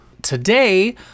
Today